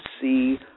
see